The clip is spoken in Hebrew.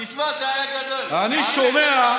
תשמע, זה היה גדול, ערוץ